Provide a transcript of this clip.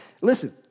Listen